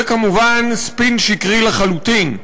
זה, כמובן, ספין שקרי לחלוטין.